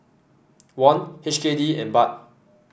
Won H K D and Baht